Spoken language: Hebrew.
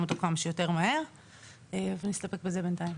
אותו כמה שיותר מהר ואני אסתפק בזה בינתיים,